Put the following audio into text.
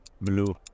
Blue